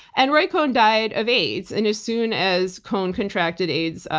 and ray cohn died of aids. and as soon as cohn contracted aids, ah